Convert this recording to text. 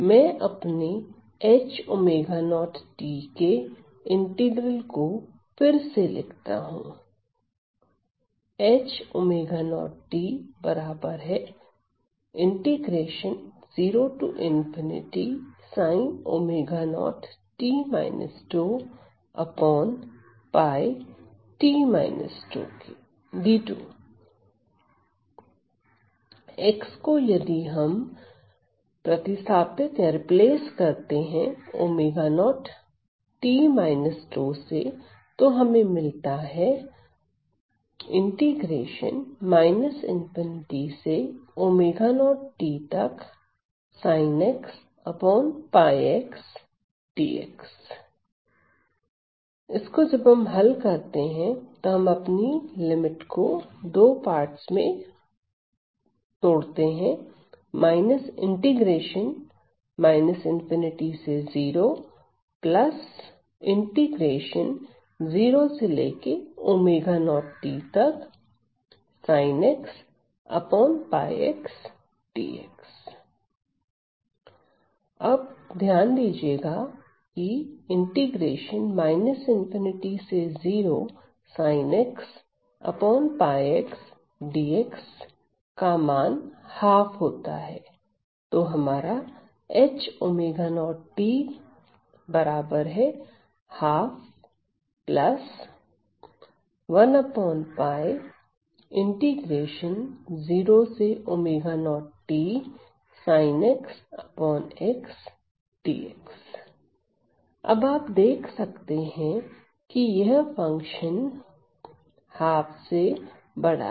मैं अपने के इंटीग्रल को फिर से लिखता हूं अब आप देख सकते हैं की यह फंक्शन ½ से बड़ा है